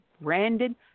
Brandon